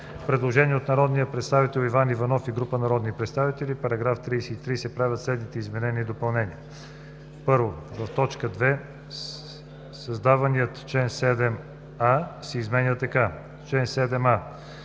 Предложение от народния представител Иван Иванов и група народни представители: „В § 33 се правят следните изменения и допълнения: 1. В т. 2 създаденият чл. 7а се изменя така: „ Чл. 7а.